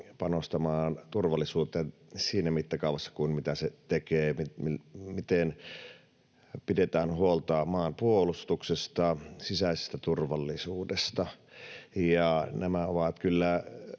panostamaan turvallisuuteen siinä mittakaavassa kuin mitä se tekee, ja miten pidetään huolta maanpuolustuksesta ja sisäisestä turvallisuudesta. Nämä ovat kyllä